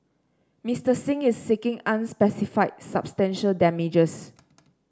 Mister Singh is seeking unspecified substantial damages